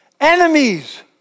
enemies